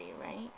right